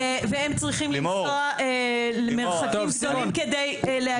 והם צריכים לנסוע למרחקים גדולים כדי להגיע?